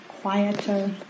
quieter